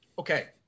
Okay